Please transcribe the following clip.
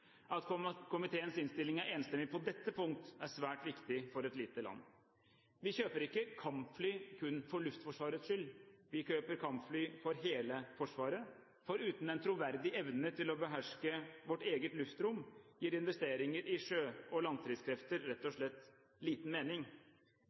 konstatere. At komiteens innstilling er enstemmig på dette punkt, er svært viktig for et lite land. Vi kjøper ikke kampfly kun for Luftforsvarets skyld – vi kjøper kampfly for hele Forsvaret. For uten en troverdig evne til å beherske vårt eget luftrom gir investeringer i sjø- og landstridskrefter rett og